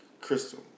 crystal